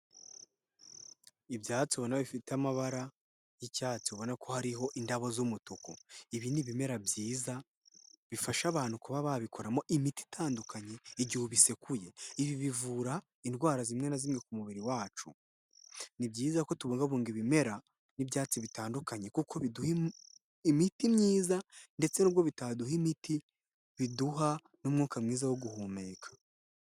Ibyatsi ubona bifite amabara y'icyatsi, ubona ko hariho indabo z'umutuku. Ibi ni ibimera byiza bifasha abantu kuba babikoramo imiti itandukanye igihe ubisekuye, ibi bivura indwara zimwe na zimwe mu mubiri wacu. Ni byiza kubungabunga ibimera n'ibyatsi bitandukanye, kuko biduha imiti myiza, ndetse nubwo bitaduha imiti biduha n'umwuka mwiza wo guhumeka.